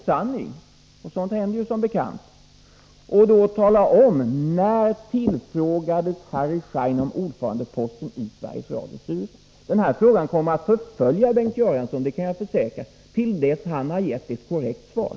Skulle det då inte vara bra att rensa luften och tala om när Harry Schein tillfrågades om ordförandeposten i Sveriges Radios styrelse? Den här frågan kommer att förfölja Bengt Göransson, det kan jag försäkra, tills han har gett ett korrekt svar.